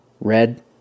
red